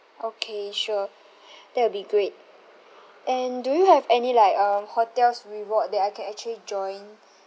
okay sure that will be great and do you have any like um hotels reward that I can actually join